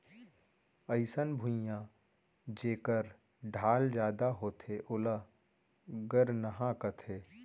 अइसन भुइयां जेकर ढाल जादा होथे ओला गरनहॉं कथें